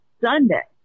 Sunday